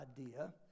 idea